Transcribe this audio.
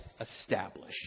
established